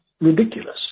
ridiculous